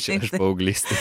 čia iš paauglystės